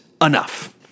enough